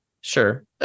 sure